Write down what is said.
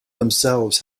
themselves